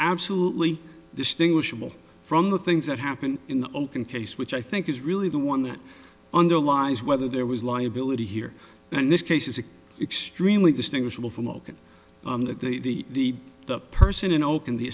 absolutely distinguishable from the things that happen in the open case which i think is really the one that underlies whether there was liability here and this case is extremely distinguishable from ogun that the the person in open the